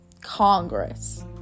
Congress